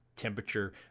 temperature